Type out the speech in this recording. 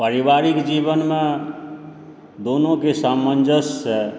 पारिवारिक जीवनमे दुनू के सामंजस्य सऽ